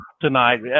tonight